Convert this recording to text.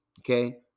Okay